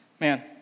Man